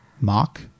Mock